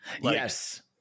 Yes